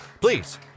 Please